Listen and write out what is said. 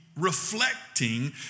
reflecting